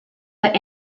but